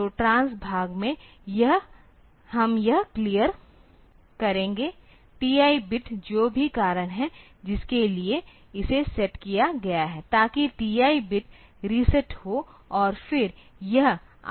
तो ट्रांस भाग में हम यह क्लियर करेंगे TI बिट जो भी कारण है जिसके लिए इसे सेट किया गया है ताकि TI बिट रीसेट हो और फिर यह RETI हो